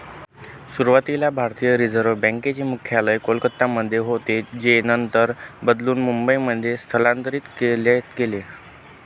सुरुवातीला भारतीय reserve bank चे मुख्यालय कोलकत्यामध्ये होतं जे नंतर बदलून मुंबईमध्ये स्थलांतरीत केलं गेलं